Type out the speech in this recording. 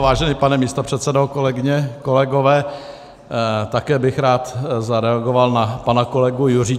Vážený pane místopředsedo, kolegyně, kolegové, také bych rád zareagoval na pana kolegu Juříčka.